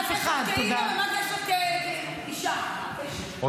דיברתי על השולחן הזה, שאם